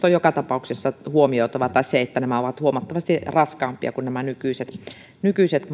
on joka tapauksessa huomioitava kilorajoitukset eli se että nämä ovat huomattavasti raskaampia kuin nykyiset nykyiset